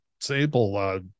Sable